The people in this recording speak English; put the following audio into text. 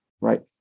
Right